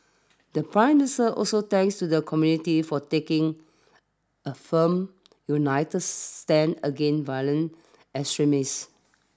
the Prime Minister also thanks to the community for taking a firm united stand against violent extremist